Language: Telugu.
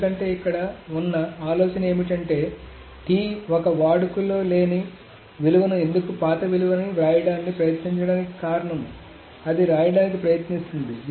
ఎందుకంటే ఇక్కడ ఉన్న ఆలోచన ఏమిటంటే T ఒక వాడుకలో లేని విలువను ఎందుకు పాత విలువని వ్రాయడానికి ప్రయత్నించడానికి కారణం అది రాయడానికి ప్రయత్నిస్తోంది